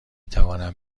توانم